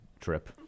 trip